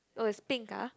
oh it's pink ah